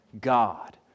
God